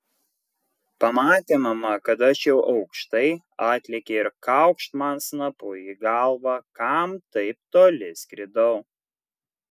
pamatė mama kad aš jau aukštai atlėkė ir kaukšt man snapu į galvą kam taip toli skridau